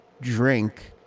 drink